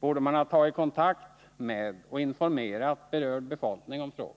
borde man ha tagit kontakt med och informerat berörd befolkning i frågan.